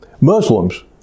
Muslims